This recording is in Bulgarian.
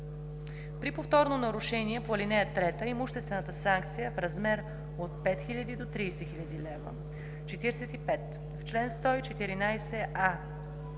При повторно нарушение по ал. 3 имуществената санкция е в размер от 5000 до 30 000 лв.“ 45. В чл. 114а: